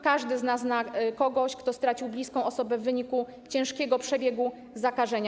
Każdy z nas zna kogoś, kto stracił bliską osobę w wyniku ciężkiego przebiegu zakażenia.